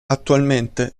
attualmente